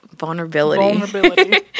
Vulnerability